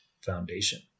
foundation